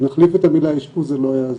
אם נחליף את המילה אשפוז זה לא יעזור,